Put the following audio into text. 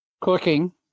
cooking